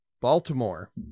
Baltimore